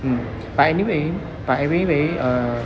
mm but anyway but anyway err